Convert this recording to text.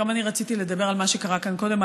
גם אני רציתי לדבר על מה שקרה כאן קודם,